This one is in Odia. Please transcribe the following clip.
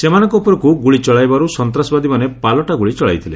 ସେମାନଙ୍କ ଉପରକୁ ଗୁଳି ଚଳାଇବାରୁ ସନ୍ତାସବାଦୀମାନେ ପାଲଟା ଗୁଳି ଚଳାଇଥିଲେ